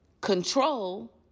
Control